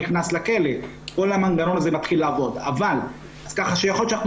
נות תוכניות שיקום כך שאם הם